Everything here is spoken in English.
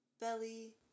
belly